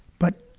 but